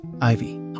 Ivy